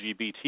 LGBT